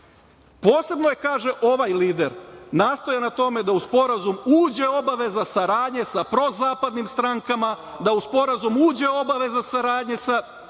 Posebno je kaže ovaj lider nastojao na tome da u sporazum uđe obaveza saradnje sa prozapadnim strankama, da u sporazum uđe obaveza saradnje sa